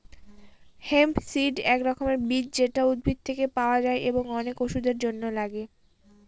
hemp seed এক রকমের বীজ যেটা উদ্ভিদ থেকে পাওয়া যায় এবং অনেক ওষুধের জন্য লাগে